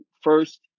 first